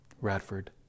Radford